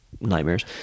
nightmares